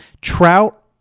Trout